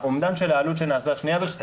האומדן של העלות שנעשה ------ שנייה, ברשותך.